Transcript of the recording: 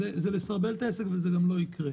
זה יסרבל את העסק וזה גם לא יקרה.